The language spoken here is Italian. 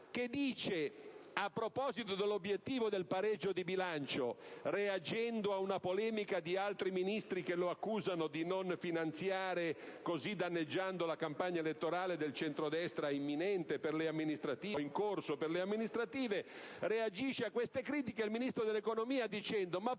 che, a proposito dell'obiettivo del pareggio di bilancio, reagendo a una polemica di altri Ministri che lo accusano di non finanziare, così danneggiando, la campagna elettorale del centrodestra imminente, o in corso, amministrative per le amministrative, reagisce a queste critiche dicendo (cito